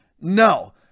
No